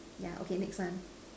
yeah okay next one